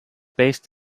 based